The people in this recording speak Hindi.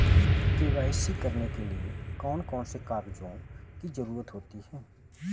के.वाई.सी करने के लिए कौन कौन से कागजों की जरूरत होती है?